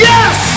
Yes